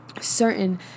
certain